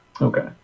Okay